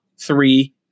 three